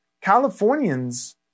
Californians